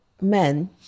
men